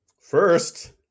First